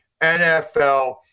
NFL